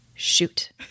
shoot